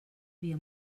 havia